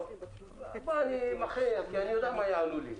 אני יודע מה יענו לי.